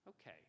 Okay